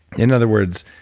in other words,